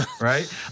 right